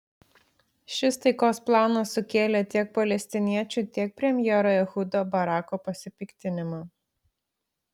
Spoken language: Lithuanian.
šis taikos planas sukėlė tiek palestiniečių tiek premjero ehudo barako pasipiktinimą